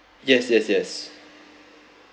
yes yes yes